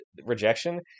rejection